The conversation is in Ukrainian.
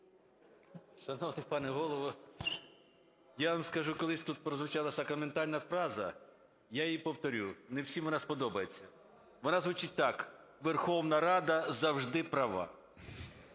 Верховна Рада завжди права.